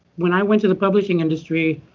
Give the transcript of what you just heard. when i went to the publishing industry,